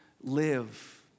live